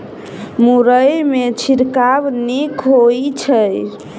मुरई मे छिड़काव नीक होइ छै?